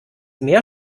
meer